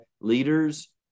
leaders